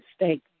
mistake